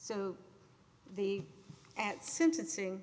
so the at sentencing